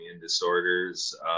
disorders